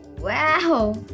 Wow